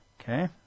Okay